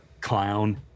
clown